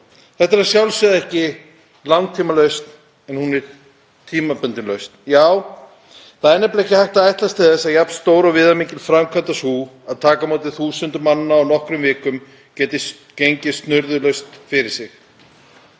Þetta er að sjálfsögðu ekki langtímalausn, hún er tímabundin. Já, það er nefnilega ekki hægt að ætlast til þess að jafn stór og viðamikil framkvæmd og sú að taka á móti þúsundum manna á nokkrum vikum geti gengið snurðulaust fyrir sig.